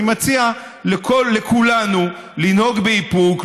אני מציע לכולנו לנהוג באיפוק,